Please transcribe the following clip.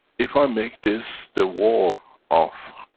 if i make this, the wall of